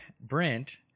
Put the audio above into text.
Brent